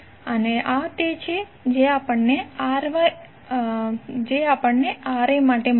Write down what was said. અને આ તે છે જે આપણને Ra માટે મળ્યુ